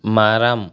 மரம்